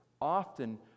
often